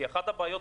כי אחת הבעיות,